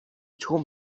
taught